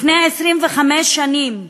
לפני 25 שנים,